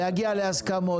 להגיע להסכמות,